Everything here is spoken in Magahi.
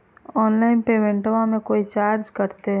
ऑनलाइन पेमेंटबां मे कोइ चार्ज कटते?